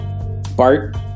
Bart